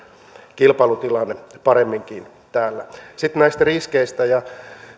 kilpailutilanne paremminkin täällä sitten näistä riskeistä